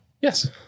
Yes